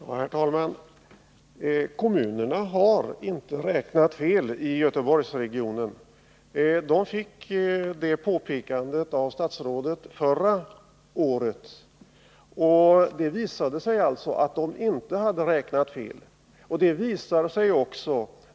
Herr talman! Kommunerna i Göteborgsregionen har inte räknat fel. De fick det påpekandet av statsrådet förra året, och det visade sig att de inte hade räknat fel.